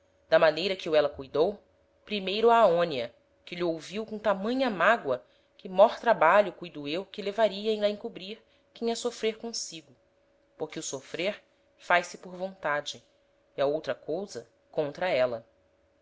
da maneira que o éla cuidou primeiro a aonia que lh'o ouviu com tamanha mágoa que mór trabalho cuido eu que levaria em lh'a encobrir que em a sofrer consigo porque o sofrer faz-se por vontade e a outra cousa contra éla